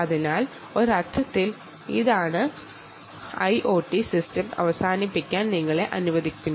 അതിനാൽ ഒരർത്ഥത്തിൽ ഇതാണ് നിങ്ങളെ ഒരു end to end IoT system നിർമ്മിക്കാൻ പ്രേരിപ്പിക്കുന്നത്